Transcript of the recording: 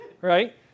right